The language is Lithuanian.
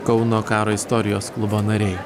kauno karo istorijos klubo nariai